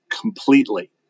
completely